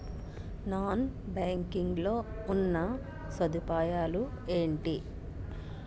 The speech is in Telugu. నాన్ బ్యాంకింగ్ లో ఉన్నా సదుపాయాలు ఎంటి?